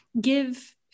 give